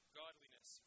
godliness